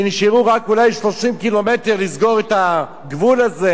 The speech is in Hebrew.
כשנשארו רק אולי 30 ק"מ לסגור את הגבול הזה,